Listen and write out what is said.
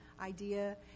idea